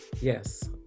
Yes